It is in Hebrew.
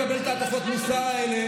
אני לא מקבל את הטפות המוסר האלה,